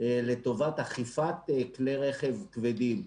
לטובת אכיפת כלי רכב כבדים.